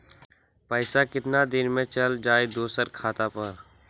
पैसा कितना दिन में चल जाई दुसर खाता पर?